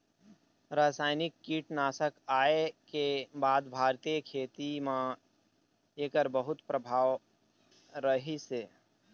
रासायनिक कीटनाशक आए के बाद भारतीय खेती म एकर बहुत प्रभाव रहीसे